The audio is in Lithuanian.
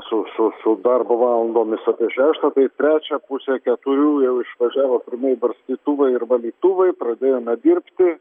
su su su darbo valandomis apie šeštą tai trečią pusę keturių jau išvažiavo pirmieji barstytuvai ir valytuvai pradėjome dirbti